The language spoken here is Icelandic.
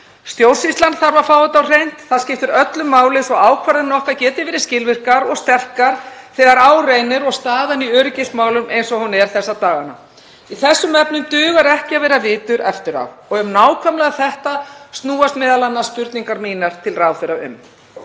Stjórnsýslan þarf að fá þetta á hreint. Það skiptir öllu máli svo ákvarðanir okkar geti verið skilvirkar og sterkar þegar á reynir, og þegar staðan í öryggismálum er eins og hún er þessa dagana. Í þessum efnum dugar ekki að vera vitur eftir á og um nákvæmlega þetta snúast m.a. spurningar mínar til ráðherra.